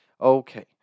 Okay